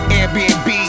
Airbnb